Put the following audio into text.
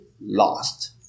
lost